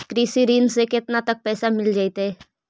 कृषि ऋण से केतना तक पैसा मिल जइतै?